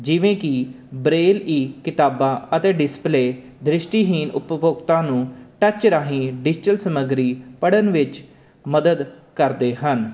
ਜਿਵੇਂ ਕਿ ਬਰੇਲ ਕੀ ਕਿਤਾਬਾਂ ਅਤੇ ਡਿਸਪਲੇ ਦ੍ਰਿਸ਼ਟੀਹੀਨ ਉਪਭੋਗਤਾ ਨੂੰ ਟੱਚ ਰਾਹੀਂ ਡਿਜੀਟਲ ਸਮੱਗਰੀ ਪੜ੍ਹਨ ਵਿੱਚ ਮਦਦ ਕਰਦੇ ਹਨ